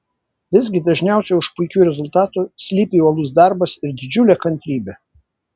visgi dažniausiai už puikių rezultatų slypi uolus darbas ir didžiulė kantrybė